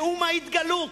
נאום ההתגלות.